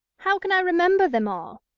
how can i remember them all?